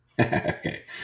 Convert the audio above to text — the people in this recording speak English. Okay